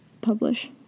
publish